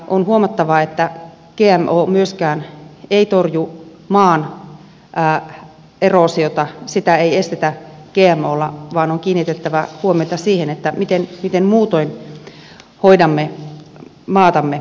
on huomattava että gmo ei myöskään torju maan eroosiota sitä ei estetä gmolla vaan on kiinnitettävä huomiota siihen miten muutoin hoidamme maatamme